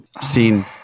seen